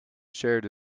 shared